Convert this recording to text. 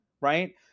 right